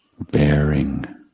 bearing